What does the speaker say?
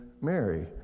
Mary